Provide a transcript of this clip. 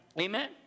Amen